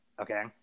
Okay